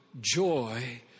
joy